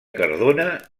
cardona